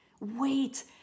Wait